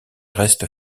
reste